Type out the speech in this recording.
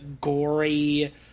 gory